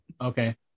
Okay